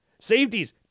Safeties